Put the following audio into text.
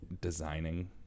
designing